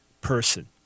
person